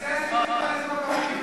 שוטרים,